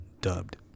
Dubbed